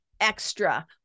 extra